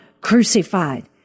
crucified